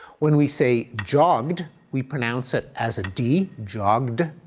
when we say jogged, we pronounce it as a d, jogged.